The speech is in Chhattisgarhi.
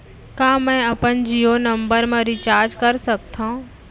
का मैं अपन जीयो नंबर म रिचार्ज कर सकथव?